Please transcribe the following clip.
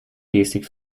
gestik